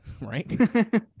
right